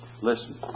Listen